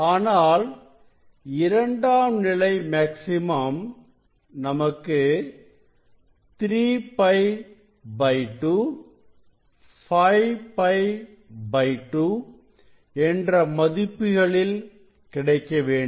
ஆனால் இரண்டாம் நிலை மேக்ஸிமம் நமக்கு 3π 2 5π2 என்ற மதிப்புகளில் கிடைக்க வேண்டும்